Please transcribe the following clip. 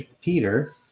Peter